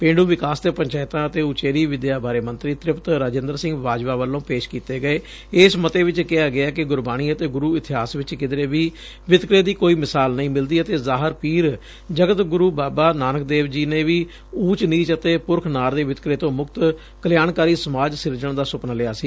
ਪੇਂਡੁ ਵਿਕਾਸ ਤੇ ਪੰਚਾਇਤਾਂ ਅਤੇ ਉਚੇਰੀ ਵਿਦਿਆ ਬਾਰੇ ਮੰਤਰੀ ਤ੍ਰਿਪਤ ਰਾਜਿੰਦਰ ਸਿੰਘ ਬਾਜਵਾ ਵੱਲੋਂ ਪੇਸ਼ ਕੀਤੇ ਗਏ ਇਸ ਮੱਤੇ ਵਿਚ ਕਿਹਾ ਗੈ ਕਿ ਗੁਰਬਾਣੀ ਅਤੇ ਗੁਰੂ ਇਤਿਹਾਸ ਵਿਚ ਕਿਧਰੇ ਵੀ ਵਿਤਕਰੇ ਦੀ ਕੋਈ ਮਿਸਾਲ ਨਹੀਂ ਮਿਲਦੀ ਅਤੇ ਜ਼ਾਹਰ ਪੀਰ ਜਗਤ ਗੁਰੂ ਬਾਬਾ ਨਾਨਕ ਦੇਵ ਜੀ ਨੇ ਵੀ ਊਚ ਨੀਚ ਅਤੇ ਪੁਰਖ ਨਾਰ ਦੇ ਵਿਤਕਰੇ ਤੋਂ ਮੁਕਤ ਕਲਿਆਣਕਾਰੀ ਸਮਾਜ ਸਿਰਜਣ ਦਾ ਸੁਪਨਾ ਲਿਆ ਸੀ